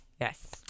Yes